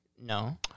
No